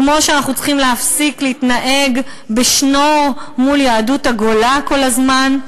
וכמו שאנחנו צריכים להפסיק להתנהג ב"שנור" מול יהדות הגולה כל הזמן,